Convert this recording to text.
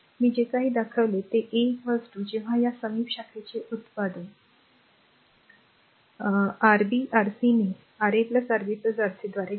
मी जे काही दाखवले ते a जेव्हा या समीप शाखेचे उत्पादन Rb Rc हे RaRbRc द्वारे घ्या